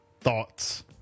Thoughts